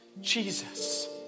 Jesus